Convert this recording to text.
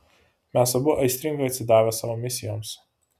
mes abu aistringai atsidavę savo misijoms